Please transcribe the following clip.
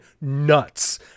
nuts